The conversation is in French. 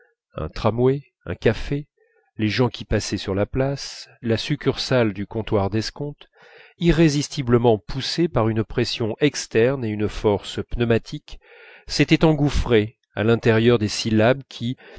un tramway un café les gens qui passaient sur la place la succursale du comptoir d'escompte irrésistiblement poussés par une pression externe et une force pneumatique s'étaient engouffrés à l'intérieur des syllabes qui